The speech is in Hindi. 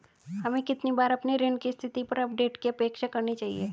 हमें कितनी बार अपने ऋण की स्थिति पर अपडेट की अपेक्षा करनी चाहिए?